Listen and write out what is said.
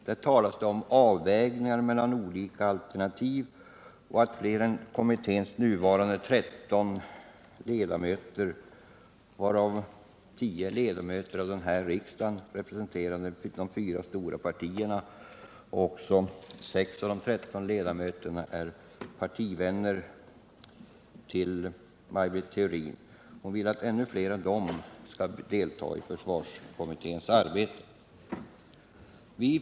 Där talas om avvägningar mellan olika alternativ och att fler än kommitténs nuvarande 13 ledamöter — 10 är ledamöter av denna riksdag, representerande de fyra stora partierna, och 6 av kommitténs ledamöter är partivänner till Maj Britt Theorin — skall delta i kommitténs arbete.